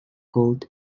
gold